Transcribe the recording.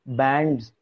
bands